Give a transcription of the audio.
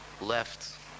Left